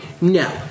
No